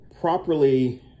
properly